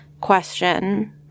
question